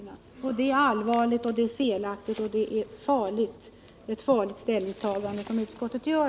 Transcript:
Det är ett allvarligt, felaktigt och farligt ställningstagande som utskottet gör.